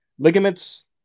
Ligaments